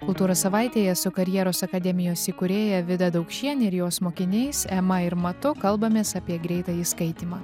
kultūros savaitėje su karjeros akademijos įkūrėja vida daukšiene ir jos mokiniais ema ir matu kalbamės apie greitąjį skaitymą